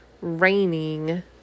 raining